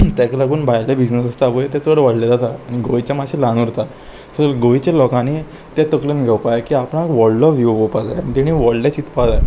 ताका लागून भायले बिजनस आसता पळय ते चड व्हडलें जाता आनी गोंयचे मातशे ल्हान उरता सो गोंयच्या लोकांनी तें तकलेन घेवपा जाय की आपणाक व्हडलो व्यू पळोवपाक जाय आनी तेणी व्हडलें चिंतपा जाय